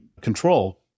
control